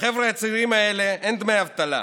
לחבר'ה הצעירים האלה אין דמי אבטלה,